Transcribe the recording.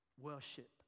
worship